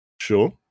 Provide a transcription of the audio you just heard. Sure